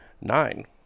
nine